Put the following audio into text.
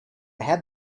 had